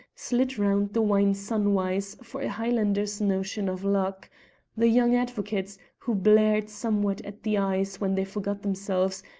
slid round the wine sun-wise for a highlander's notion of luck the young advocates, who bleared somewhat at the eyes when they forgot themselves,